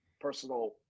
personal